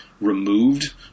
removed